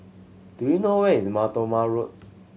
do you know where is Mar Thoma Road